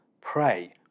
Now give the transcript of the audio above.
pray